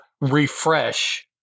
refresh